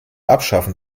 abschaffen